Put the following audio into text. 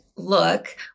Look